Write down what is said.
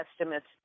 estimates